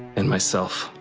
and myself.